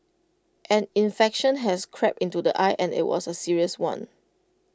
an infection has crept into the eye and IT was A serious one